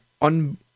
on